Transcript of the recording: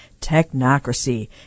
technocracy